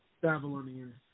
Babylonian